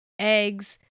eggs